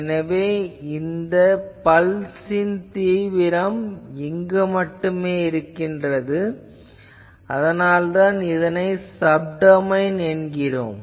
எனவே இந்த பல்ஸ் ன் தீவிரம் இங்கு மட்டுமே உள்ளது அதனால்தான் இது சப்டொமைன் எனப்படுகிறது